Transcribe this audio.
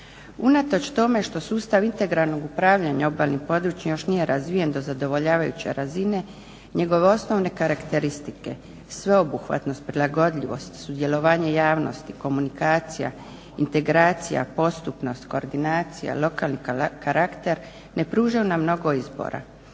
Unatoč tome što sustav integralnog upravljanja obalnim područjem još nije razvijen do zadovoljavajuće razine njegove osnovne karakteristike – sveobuhvatnost, prilagodljivost, sudjelovanje javnosti, komunikacija, integracija, postupnost, koordinacija, lokalni karakter ne pružaju nam mnogo izbora.